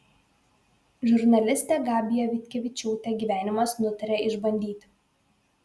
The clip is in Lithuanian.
žurnalistę gabiją vitkevičiūtę gyvenimas nutarė išbandyti